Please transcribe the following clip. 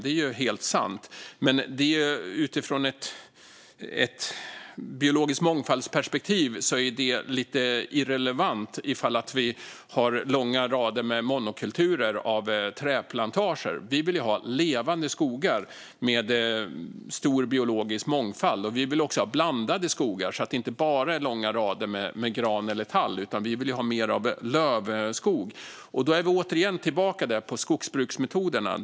Det är visserligen helt sant, men utifrån ett perspektiv av biologisk mångfald är det lite irrelevant om det vi har är långa rader med monokulturer av träplantager. Vi vill ju ha levande skogar med stor biologisk mångfald, och vi vill också ha blandade skogar så att det inte bara är långa rader med gran eller tall. Vi vill ha mer av lövskog. Då är vi återigen tillbaka vid skogsbruksmetoderna.